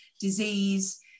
disease